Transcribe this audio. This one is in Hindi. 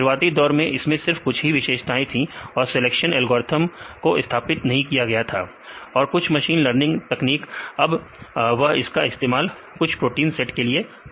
शुरुआती दौर में इसमें सिर्फ कुछ ही विशेषताएं थी और सिलेक्शन एल्गोरिथ्म को स्थापित नहीं किया गया था और कुछ मशीन लर्निंग तकनीक अब वह इसका इस्तेमाल कुछ समान प्रोटीन सेट के लिए करते हैं